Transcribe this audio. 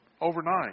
overnight